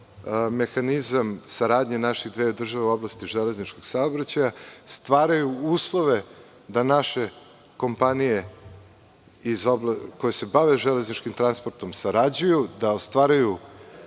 mehanizam saradnje naših država u oblasti železničkog saobraćaja, stvaraju uslove da naše kompanije koje se bave železničkim transportom sarađuju i da ostvaruju